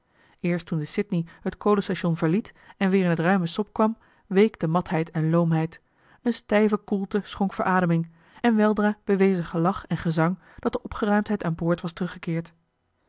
eerst toen de sydney het kolenstation verliet en weêr in het ruime sop kwam week de matheid en loomheid eene stijve koelte schonk verademing en weldra bewezen gelach en gezang dat de opgeruimdheid aan boord was teruggekeerd